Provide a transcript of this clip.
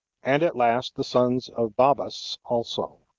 and at last the sons of babbas also.